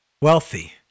Wealthy